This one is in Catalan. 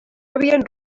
havien